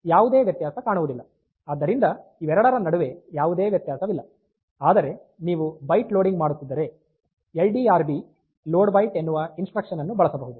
ಆದ್ದರಿಂದ ಇವೆರಡರ ನಡುವೆ ಯಾವುದೇ ವ್ಯತ್ಯಾಸವಿಲ್ಲ ಆದರೆ ನೀವು ಬೈಟ್ ಲೋಡಿಂಗ್ ಮಾಡುತ್ತಿದ್ದರೆ L D R B load byte ಎನ್ನುವ ಇನ್ಸ್ಟ್ರಕ್ಷನ್ ಅನ್ನು ಬಳಸಬಹುದು